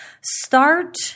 Start